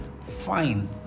fine